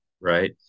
right